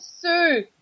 Sue